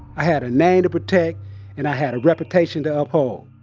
i had a name to protect and i had a reputation to uphold,